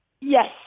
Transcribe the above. Yes